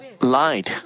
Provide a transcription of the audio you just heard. lied